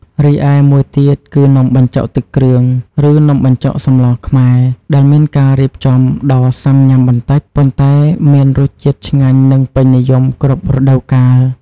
រីឯមួយទៀតគឺ នំបញ្ចុកទឹកគ្រឿង ឬនំបញ្ចុកសម្លរខ្មែរ ដែលមានការរៀបចំដ៏សាំញ៉ាំបន្តិច ប៉ុន្តែមានរសជាតិឆ្ងាញ់និងពេញនិយមគ្រប់រដូវកាល។